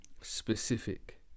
specific